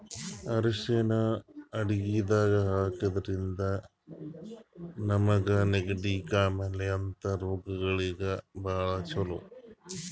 ಅರ್ಷಿಣ್ ಅಡಗಿದಾಗ್ ಹಾಕಿದ್ರಿಂದ ನಮ್ಗ್ ನೆಗಡಿ, ಕಾಮಾಲೆ ಅಂಥ ರೋಗಗಳಿಗ್ ಭಾಳ್ ಛಲೋ